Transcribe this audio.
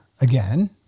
again